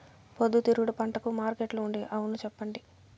పొద్దుతిరుగుడు పంటకు మార్కెట్లో ఉండే అవును చెప్పండి?